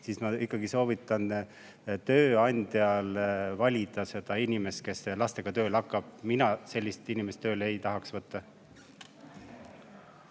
siis ma ikkagi soovitan tööandjal valida [hoolikalt] seda inimest, kes lastega tööle hakkab. Mina sellist inimest tööle ei tahaks võtta.